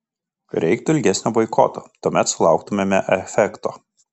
reiktų ilgesnio boikoto tuomet sulauktumėme efekto